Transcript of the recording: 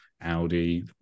Audi